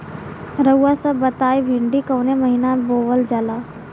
रउआ सभ बताई भिंडी कवने महीना में बोवल जाला?